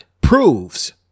proves